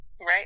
right